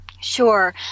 Sure